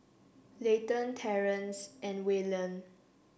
Layton Terrence and Wayland